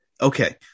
Okay